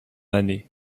année